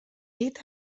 llit